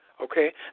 Okay